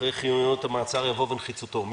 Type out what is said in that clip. הצבעה